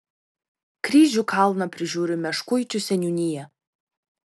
kryžių kalną prižiūri meškuičių seniūnija